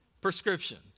prescription